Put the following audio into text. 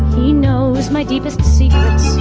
he knows my deepest secrets. i